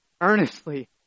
earnestly